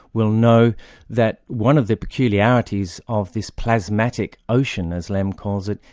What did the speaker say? will know that one of the peculiarities of this plasmatic ocean, as lem calls it,